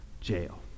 jail